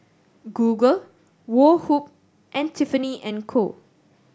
Google Woh Hup and Tiffany and Co